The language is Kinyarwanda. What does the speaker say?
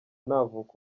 ntavuka